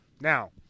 Now –